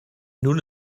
nun